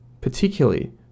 particularly